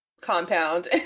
compound